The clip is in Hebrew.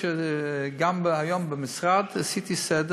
גם היום במשרד עשיתי סדר